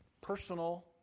personal